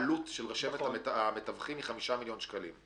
העלות של רשמת המתווכים היא 5 מיליון שקלים.